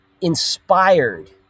inspired